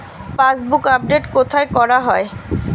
Passbook update কোথায় করা হয়?